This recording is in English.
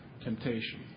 Temptation